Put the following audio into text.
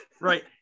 right